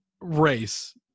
race